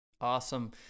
Awesome